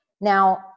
Now